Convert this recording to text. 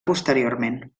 posteriorment